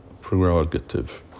prerogative